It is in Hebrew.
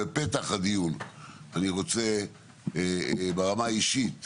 בפתח הדיון אני רוצה להודות ברמה האישית